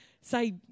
say